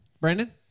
Brandon